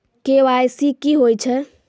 KYC की होय छै?